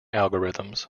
algorithms